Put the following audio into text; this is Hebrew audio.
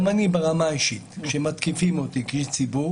גם אני, ברמה האישית, כשמתקיפים אותי כאיש ציבור